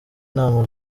inama